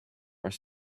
are